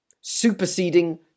superseding